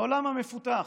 בעולם המפותח,